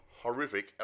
horrific